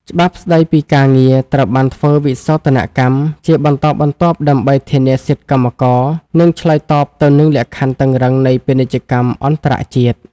ច្បាប់ស្ដីពីការងារត្រូវបានធ្វើវិសោធនកម្មជាបន្តបន្ទាប់ ដើម្បីធានាសិទ្ធិកម្មករ និងឆ្លើយតបទៅនឹងលក្ខខណ្ឌតឹងរ៉ឹងនៃពាណិជ្ជកម្មអន្តរជាតិ។